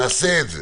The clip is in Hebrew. נעשה את זה